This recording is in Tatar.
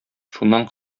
шуннан